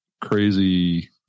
crazy